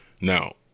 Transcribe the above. Now